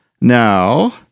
Now